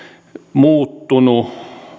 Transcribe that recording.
muuttunut